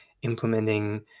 implementing